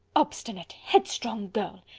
obstinate, headstrong girl!